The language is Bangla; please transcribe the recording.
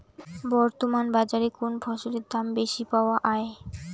বর্তমান বাজারে কোন ফসলের দাম বেশি পাওয়া য়ায়?